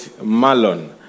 Malon